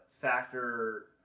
Factor